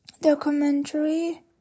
Documentary